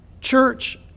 Church